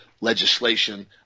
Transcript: legislation